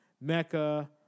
Mecca